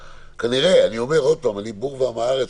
כמו שאתם יודעים אני בור ועם הארץ,